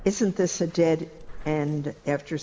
isn't this a dead and after